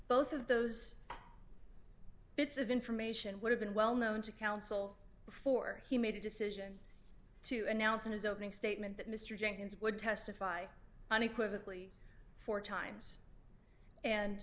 both of those bits of information would have been well known to counsel before he made a decision to announce in his opening statement that mr jenkins would testify unequivocally four times and